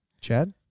Chad